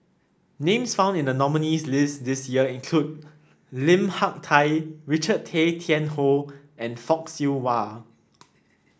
names found in the nominees' list this year include Lim Hak Tai Richard Tay Tian Hoe and Fock Siew Wah